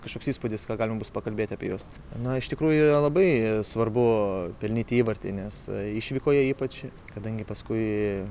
kažkoks įspūdis ką galima bus pakalbėti apie juos na iš tikrųjų yra labai svarbu pelnyti įvartį nes išvykoje ypač kadangi paskui